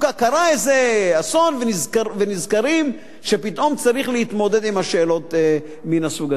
קרה איזה אסון ונזכרים שפתאום צריך להתמודד עם השאלות מן הסוג הזה.